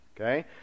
okay